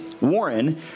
Warren